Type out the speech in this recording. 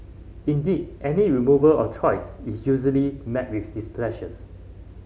indeed any removal of choice is usually met with displeasures